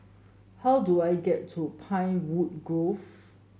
how do I get to Pinewood Grove